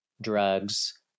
drugs